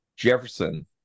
Jefferson